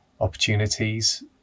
opportunities